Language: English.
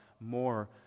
more